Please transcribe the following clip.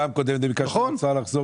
דיברנו על זה פעם קודמת וביקשנו מהאוצר לחזור